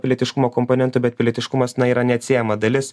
pilietiškumo komponentų bet pilietiškumas na yra neatsiejama dalis